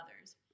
others